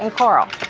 ah coral.